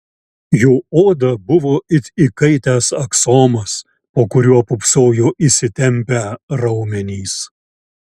jo oda buvo it įkaitęs aksomas po kuriuo pūpsojo įsitempę raumenys